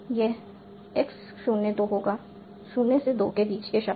यह x 0 2 होगा 0 से 2 के बीच के शब्द